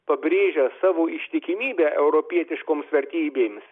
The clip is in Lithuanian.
pabrėžia savo ištikimybę europietiškoms vertybėms